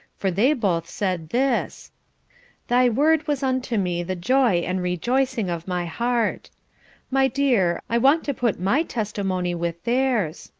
for they both said this thy word was unto me the joy and rejoicing of my heart my dear, i want to put my testimony with theirs,